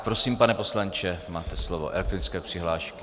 Prosím, pane poslanče, máte slovo elektronické přihlášky.